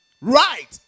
right